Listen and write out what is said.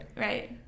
Right